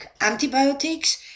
antibiotics